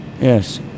Yes